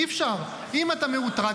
אי-אפשר, אם אתה מאותרג.